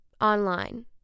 online